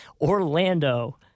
Orlando